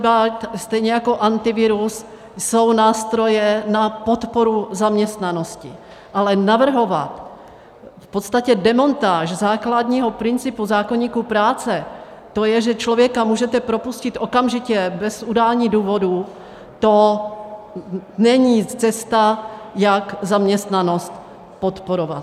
Kurzarbeit stejně jako Antivirus jsou nástroje na podporu zaměstnanosti, ale navrhovat v podstatě demontáž základního principu zákoníku práce, to je, že člověka můžete propustit okamžitě bez udání důvodu, to není cesta, jak zaměstnanost podporovat.